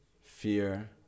fear